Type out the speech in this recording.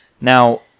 now